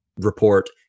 report